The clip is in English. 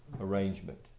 arrangement